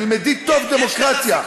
תלמדי טוב דמוקרטיה.